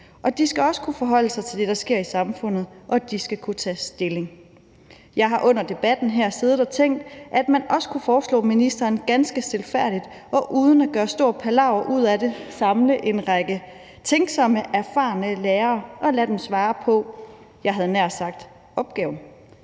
de skal også kunne forholde sig til det, der sker i samfundet, og de skal kunne tage stilling. Jeg har under debatten her siddet og tænkt, at man også kunne foreslå ministeren ganske stilfærdigt og uden at gøre stor palaver ud af det at samle en række tænksomme, erfarne lærere og lade dem svare på, jeg havde nær sagt opgaven,